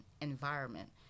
environment